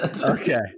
Okay